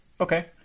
Okay